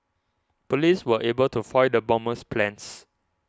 police were able to foil the bomber's plans